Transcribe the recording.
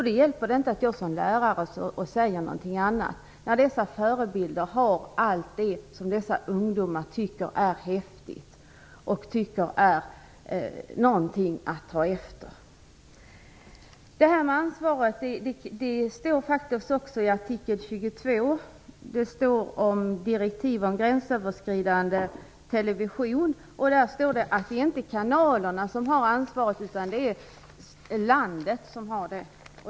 Då hjälper det inte att jag som lärare säger någonting annat, när dessa förebilder har allt det som dessa ungdomar tycker är häftigt och någonting att ta efter. Detta med ansvaret står också i artikel 22 om direktiv för gränsöverskridande television. Där står att det inte är kanalerna som har ansvaret, utan att det landet som har det.